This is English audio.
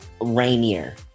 rainier